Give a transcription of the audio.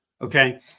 okay